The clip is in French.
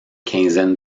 quinzaine